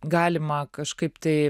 galima kažkaip tai